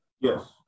Yes